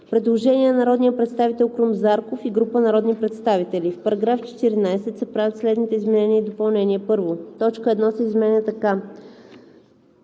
Предложение на народния представител Крум Зарков и група народни представители: „В § 14 се правят следните изменения и допълнения: 1. Точка 1 се изменя така: